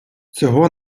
цього